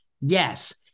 Yes